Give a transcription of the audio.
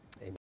Amen